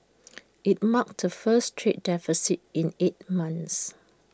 IT marked the first trade deficit in eight months